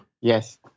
Yes